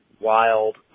wild